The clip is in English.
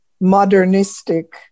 modernistic